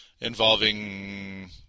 involving